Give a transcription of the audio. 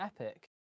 epic